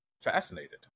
fascinated